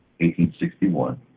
1861